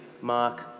mark